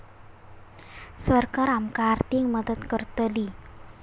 सरकार आमका आर्थिक मदत करतली?